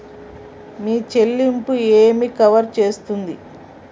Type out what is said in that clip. మీ చెల్లింపు ఏమి కవర్ చేస్తుంది?